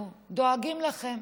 אנחנו דואגים לכם.